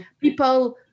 People